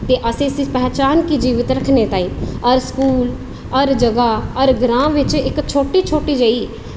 ते असें इस पहचान गी जीवंत रक्ऱखने ताहीं हर स्कूल हर जगह हर ग्रांऽ बिच इक्क छोटी छोटी जेही